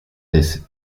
this